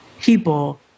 people